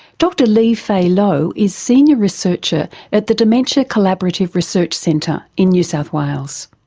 dr lee fay low is senior researcher at the dementia collaborative research centre in new south wales.